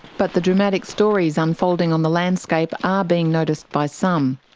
but the dramatic stories unfolding on the landscape are being noticed by some.